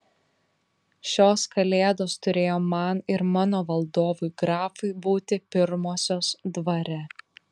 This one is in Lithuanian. šios kalėdos turėjo man ir mano valdovui grafui būti pirmosios dvare